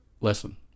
lesson